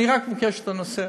אני רק מבקש את הנושא.